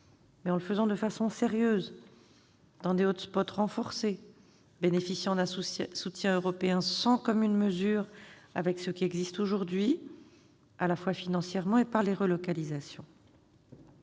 mais en le faisant de façon sérieuse, dans des renforcés, bénéficiant d'un soutien européen sans commune mesure avec ce qui existe aujourd'hui, à la fois financièrement et par des relocalisations.